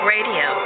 Radio